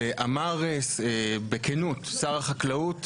אמר בכנות שר החקלאות,